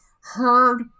heard